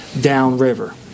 downriver